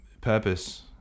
purpose